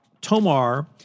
Tomar